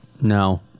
No